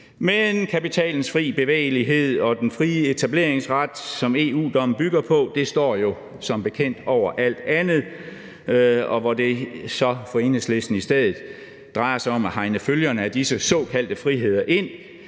Men kapitalens fri bevægelighed og den frie etableringsret, som EU-dommen bygger på, står jo som bekendt over alt andet, og for Enhedslisten drejer det sig så i stedet om at hegne følgerne af disse såkaldte friheder,